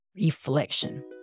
reflection